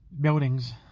buildings